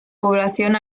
población